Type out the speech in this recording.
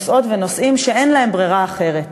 נוסעות ונוסעים שאין להם ברירה אחרת.